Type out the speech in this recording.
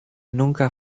nunca